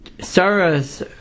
Sarah's